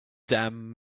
damn